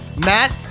Matt